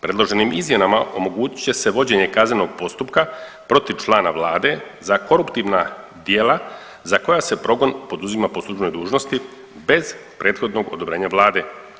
Predloženim izmjenama omogućit će se vođenje kaznenog postupka protiv člana vlade za koruptivna djela za koja se progon poduzima po službenoj dužnosti bez prethodnog odobrenja vlade.